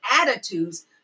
attitudes